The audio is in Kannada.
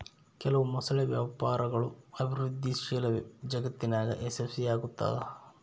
ಕೆಲವು ಮೊಸಳೆ ವ್ಯಾಪಾರಗಳು ಅಭಿವೃದ್ಧಿಶೀಲ ಜಗತ್ತಿನಾಗ ಯಶಸ್ವಿಯಾಗ್ತವ